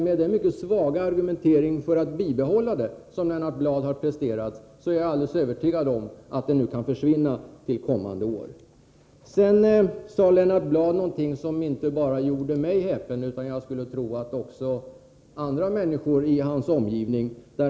Med den mycket svaga argumentering för att bibehålla det som Lennart Bladh har presterat är jag alldeles övertygad om att det kan försvinna nästkommande år. Lennart Bladh sade också någonting som gjorde inte bara mig häpen, utan jag skulle tro också andra människor i hans omgivning.